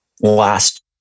last